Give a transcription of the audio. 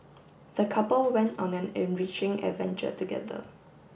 the couple went on an enriching adventure together